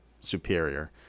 superior